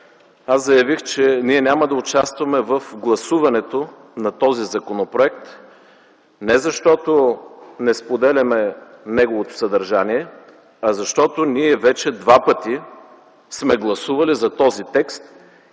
аз заявих, че ние няма да участваме в гласуването на този законопроект – не защото не споделяме неговото съдържание, а защото ние вече два пъти сме гласували за този текст